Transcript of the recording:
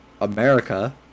America